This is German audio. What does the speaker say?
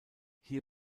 hier